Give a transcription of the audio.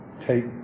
take